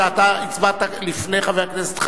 חבר הכנסת בן-ארי, בבקשה.